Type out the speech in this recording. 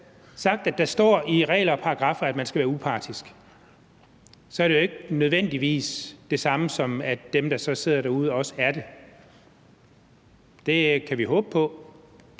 sagt, at der står i regler og paragraffer, at man skal være upartisk, så er det jo ikke nødvendigvis det samme, som at dem, der så sidder derude, også er det. Det kan vi håbe på.